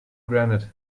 granite